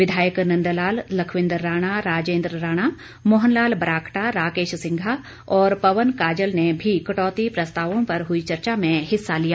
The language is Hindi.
विधायक नंद लाल लखविंद्र राणा राजेंद्र राणा मोहन लाल ब्राक्टा राकेश सिंघा और पवन काजल ने भी कटौती प्रस्तावों पर हुई चर्चा में हिस्सा लिया